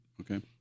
Okay